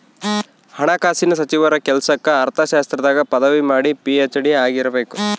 ಹಣಕಾಸಿನ ಸಚಿವರ ಕೆಲ್ಸಕ್ಕ ಅರ್ಥಶಾಸ್ತ್ರದಾಗ ಪದವಿ ಮಾಡಿ ಪಿ.ಹೆಚ್.ಡಿ ಆಗಿರಬೇಕು